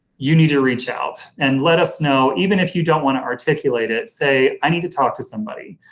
you need to reach out, and let us know even if you don't want to articulate it say i need to talk to somebody,